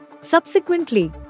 Subsequently